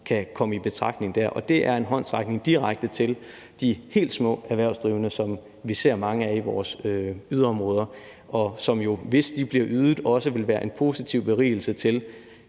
kan komme i betragtning der, og det er en håndsrækning direkte til de helt små erhvervsdrivende, som vi ser mange af i vores yderområder, og som jo også, hvis de lån bliver ydet, vil blive en positiv berigelse i